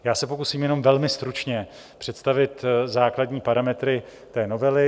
Já se pokusím jenom velmi stručně představit základní parametry té novely.